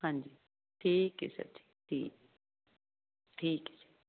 ਹਾਂਜੀ ਠੀਕ ਏ ਸਰ ਠੀਕ